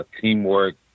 teamwork